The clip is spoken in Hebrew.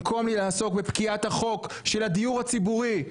במקום לעסוק בפקיעת החוק של הדיור הציבורי,